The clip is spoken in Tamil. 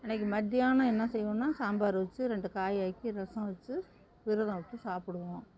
அன்றைக்கு மத்தியானம் என்ன செய்வோன்னால் சாம்பார் வச்சு ரெண்டு காயாக்கி ரசம் வச்சு விரதம் விட்டு சாப்பிடுவோம்